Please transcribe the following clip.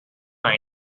pine